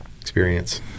experience